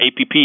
APP